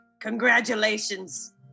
Congratulations